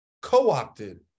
co-opted